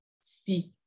speak